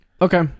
Okay